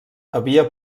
havia